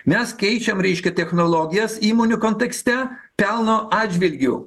mes keičiam reiškia technologijas įmonių kontekste pelno atžvilgiu